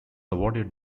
awarded